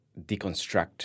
deconstruct